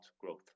growth